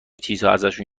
چیزهاازشون